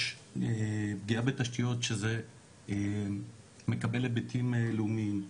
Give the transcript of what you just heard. יש פגיעה בתשתיות שזה מקבל היבטים לאומיים,